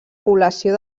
població